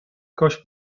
کاش